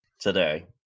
today